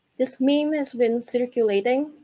this meme has been circulating